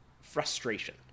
frustration